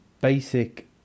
basic